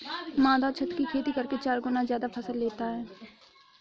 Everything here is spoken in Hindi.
माधव छत की खेती करके चार गुना ज्यादा फसल लेता है